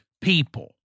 people